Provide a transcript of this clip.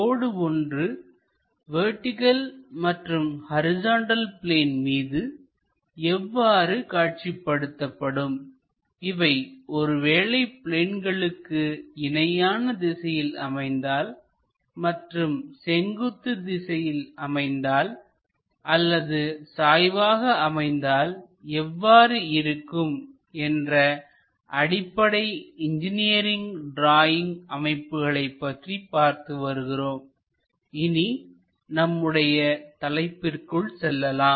கோடு ஒன்று வெர்டிகள் மற்றும் horizontal plane மீது எவ்வாறு காட்சிப்படும் இவை ஒருவேளை பிளேன்களுக்கு இணையான திசையில் அமைந்தால் மற்றும் செங்குத்து திசையில் அமைந்தால் அல்லது சாய்வாக அமைந்தால் எவ்வாறு இருக்கும் என்ற அடிப்படை இன்ஜினியரிங் டிராயிங் அமைப்புகளைப் பற்றி பார்த்து வருகிறோம் இனி நம்முடைய தலைப்பிற்குள் செல்லலாம்